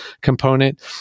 component